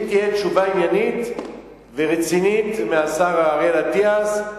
אם תהיה תשובה עניינית ורצינית מהשר אריאל אטיאס,